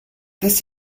this